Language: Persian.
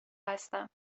هستم